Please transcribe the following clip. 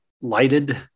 lighted